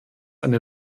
eine